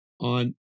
on